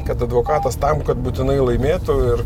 kad advokatas tam kad būtinai laimėtų ir